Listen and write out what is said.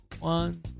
one